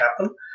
happen